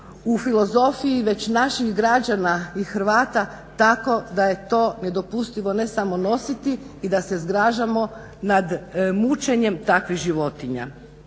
u filozofiji već naših građana i Hrvata tako da je to nedopustivo ne samo nositi i da se zgražamo nad mučenjem takvih životinja.